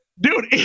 Dude